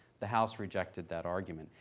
the house rejected that argument,